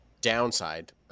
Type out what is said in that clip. downside